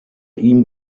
ihm